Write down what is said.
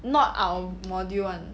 not our module [one]